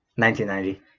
1990